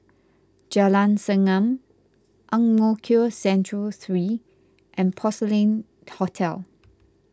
Jalan Segam Ang Mo Kio Central three and Porcelain Hotel